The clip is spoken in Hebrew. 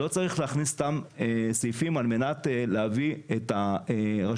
לא צריך להכניס סתם סעיפים על מנת להביא את הרשויות